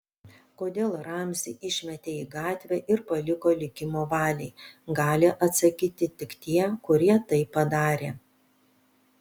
kodėl ramzį išmetė į gatvę ir paliko likimo valiai gali atsakyti tik tie kurie tai padarė